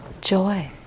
joy